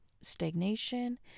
stagnation